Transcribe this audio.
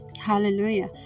Hallelujah